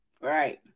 Right